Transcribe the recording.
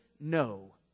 no